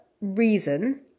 reason